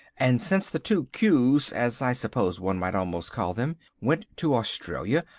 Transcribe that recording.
and since the two q's, as i suppose one might almost call them, went to australia,